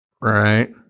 right